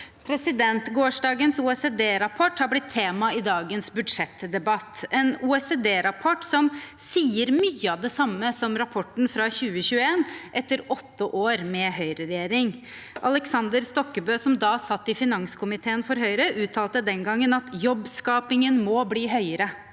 ordet. Gårsdagens OECD-rapport har blitt tema i dagens budsjettdebatt. Det er en OECD-rapport som sier mye av det samme som rapporten fra 2021, etter åtte år med høyreregjering. Aleksander Stokkebø, som da satt i finanskomiteen for Høyre, uttalte den gangen at jobbskapingen må bli høyere.